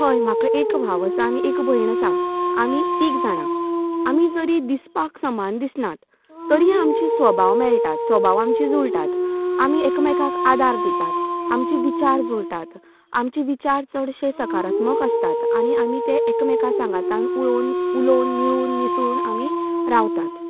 हय म्हाका एक भाव आसा आनी एक भयण आसा आमी तीग जाणां आमी जरी दिसपाक समान दिसनात तरीय आमचे स्वभाव मेळटात स्वभाव आमचे जुळटात आमी एकामेकांक आदार दितात आमचे विचार जुळटात आमचे विचार चडशे सकारात्मक आसतात आनी आमी ते एकामेका सांगातान उडोवन उलोवन मिळून मिसळून आमी रावतात